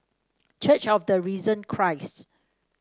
church of the Risen Christ